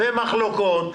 מחלוקות,